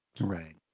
Right